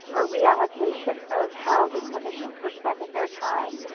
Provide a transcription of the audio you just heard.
or reallocation of how the clinicians were spending their time,